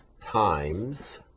times